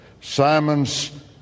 Simon's